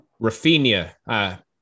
Rafinha